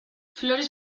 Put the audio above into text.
flores